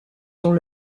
dans